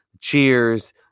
cheers